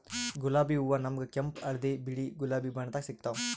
ಗುಲಾಬಿ ಹೂವಾ ನಮ್ಗ್ ಕೆಂಪ್ ಹಳ್ದಿ ಬಿಳಿ ಗುಲಾಬಿ ಬಣ್ಣದಾಗ್ ಸಿಗ್ತಾವ್